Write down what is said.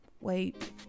wait